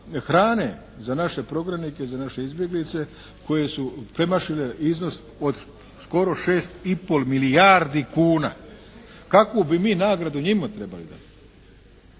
hrane za naše prognanike, za naše izbjeglice koje su premašile iznos od skoro 6 i pol milijardi kuna. Kakvu bi mi nagradu njima trebali dati,